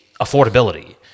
affordability